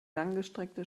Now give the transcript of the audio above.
langgestreckte